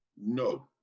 No